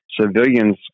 civilians